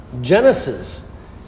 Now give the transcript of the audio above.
Genesis